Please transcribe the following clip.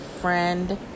friend